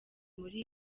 muri